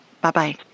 bye-bye